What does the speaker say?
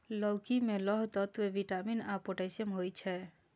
लौकी मे लौह तत्व, विटामिन आ पोटेशियम होइ छै